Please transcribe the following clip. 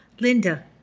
Linda